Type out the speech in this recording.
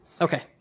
Okay